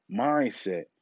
mindset